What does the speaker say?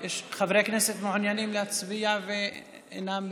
יש חברי כנסת שמעוניינים להצביע ואינם במקומם?